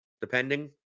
Depending